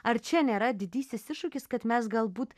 ar čia nėra didysis iššūkis kad mes galbūt